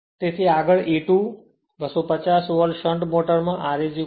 તેથી આગળ A2 250 volt shunt મોટરમાં ra 0